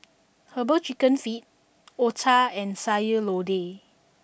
Herbal Chicken Feet Otah and Sayur Lodeh